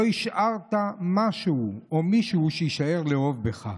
לא השארת משהו שיישאר לאהוב בך,